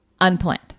unplanned